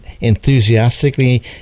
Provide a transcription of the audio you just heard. enthusiastically